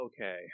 Okay